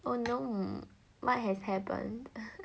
oh no what has happened